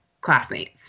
classmates